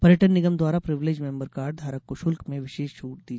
पर्यटन निगम द्वारा प्रीविलेज मेंबर कार्ड धारक को शुल्क में विशेष छूट दी जाएगी